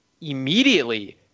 immediately